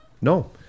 No